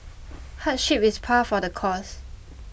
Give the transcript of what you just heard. hardship is par for the course